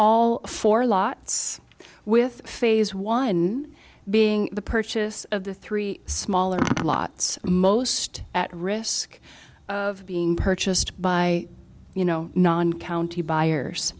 all four lots with phase one being the purchase of the three smaller plots most at risk of being purchased by you know non county buyers